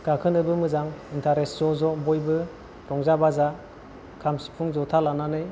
गाखोनोबो मोजां इन्टारेस्ट ज' ज' बयबो रंजा बाजा खाम सिफुं ज'था लानानै